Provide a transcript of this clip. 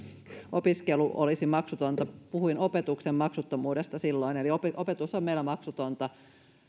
opiskelu olisi maksutonta puhuin opetuksen maksuttomuudesta silloin eli opetus on meillä maksutonta